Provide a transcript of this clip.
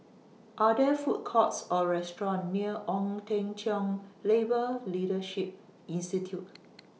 Are There Food Courts Or restaurants near Ong Teng Cheong Labour Leadership Institute